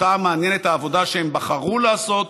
אותם מעניינת העבודה שהם בחרו לעשות,